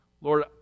Lord